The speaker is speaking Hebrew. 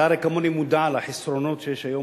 אתה הרי כמוני מודע לחסרונות שיש היום